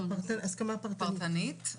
הסכמה פרטנית.